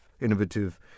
innovative